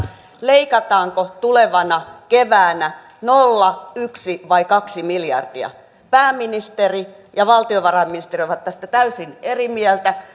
leikataanko tulevana keväänä nolla yksi vai kaksi miljardia pääministeri ja valtiovarainministeri ovat tästä täysin eri mieltä